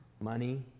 money